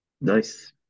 Nice